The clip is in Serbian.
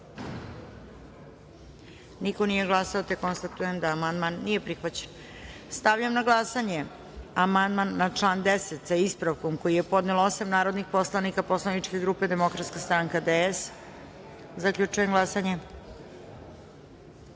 Niko nije glasao. Konstatujem da amandman nije prihvaćen. Stavljam na glasanje amandman na član 10. sa ispravkom koji je podnelo osam narodnih poslanika Poslaničke grupe Demokratska stranka - DS.Zaključujem glasanje: